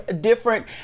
different